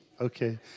okay